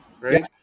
right